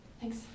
Thanks